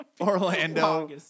Orlando